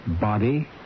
Body